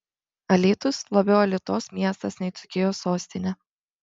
alytus labiau alitos miestas nei dzūkijos sostinė